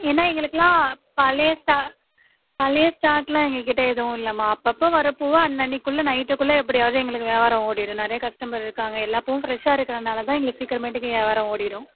ஏன்னா எங்களுக்குலாம் பழைய ஸ்டா பழைய ஸ்டாக்லாம் எங்கள்கிட்ட எதுவும் இல்லைம்மா அப்பப்போ வர பூவை அன்னன்னிக்குள்ளே நைட்டுக்குள்ளே எப்படியாவது எங்களுக்கு வியாபாரம் ஓடிவிடும் நிறையா கஸ்டமர் இருக்காங்க எல்லா பூவும் ஃப்ரெஷ்ஷாக இருக்கறனால் தான் எங்களுக்கு சீக்கிரமேட்டுக்கு வியாபாரம் ஓடிவிடும்